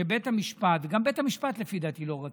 שבית המשפט, לפי דעתי גם בית המשפט לא רצה,